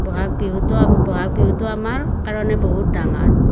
বহাগ বিহুটো আমি বহাগ বিহুটো আমাৰ কাৰণে বহুত ডাঙৰ